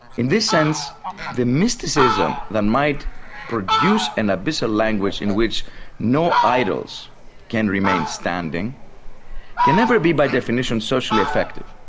in this sense the mysticism that might produce an abyssal language in which no idols can remain standing can never be by definition socially effective,